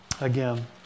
Again